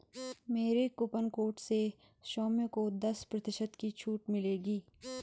मेरे coupon code से सौम्य को दस प्रतिशत की छूट मिलेगी